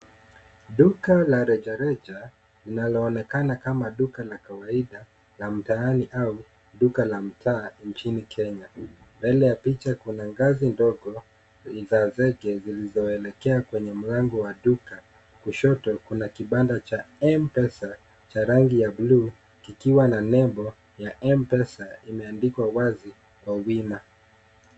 Duka la rejareja linaloonekana kama duka la kawaida la mtaani au duka la mtaa nchini Kenya. Mbele ya picha kuna ngazi ndogo za zege zilizoelekea kwenye mlango wa duka. Kushoto kuna kibanda cha M-pesa cha rangi ya bluu kikiwa na nembo ya M-pesa imeandikwa wazi kwa wima.